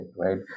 right